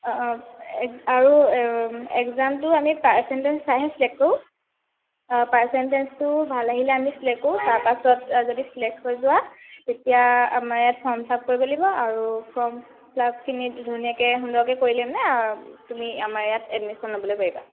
অঁ আৰু এক্সামটো আমি পাৰচেণ্টেজ চাইহে চিলেক্ট কৰোঁ পাৰচেণ্টেজটো ভাল আহিলে আমি চিলেক্ট কৰোঁ তাৰপাছত যদি চিলেক্ট হৈ যোৱা তেতিয়া আমাৰ ইয়াত ফৰ্ম ফিলাপ কৰিব লাগিব আৰু ফৰ্ম ফিলাপখিনি ধুনীয়াকৈ সুন্দৰকৈ কৰিলে মানে তুমি আমাৰ ইয়াত এডমিশ্যন ল'বলৈ পাৰিবা